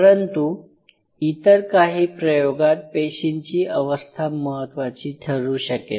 परंतु इतर काही प्रयोगात पेशींची अवस्था महत्त्वाची ठरू शकेल